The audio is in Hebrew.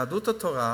יהדות התורה,